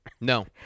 No